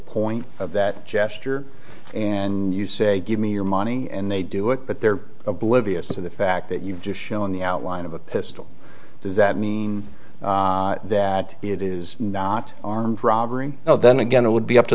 point of that gesture and and you say give me your money and they do it but they're oblivious of the fact that you've just shown the outline of a pistol does that mean that it is not armed robbery then again it would be up to